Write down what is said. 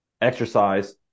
exercise